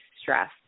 stress